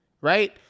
right